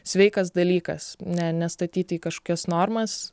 sveikas dalykas ne nestatyti į kažkokias normas